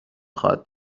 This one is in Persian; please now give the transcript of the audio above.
خواهد